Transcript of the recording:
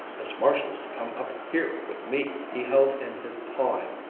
miss marshall's to come up here with me! he held in his pawing,